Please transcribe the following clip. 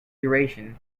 duration